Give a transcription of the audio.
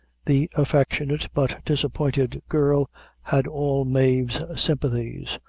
the affectionate but disappointed girl had all mave's sympathies,